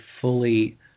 fully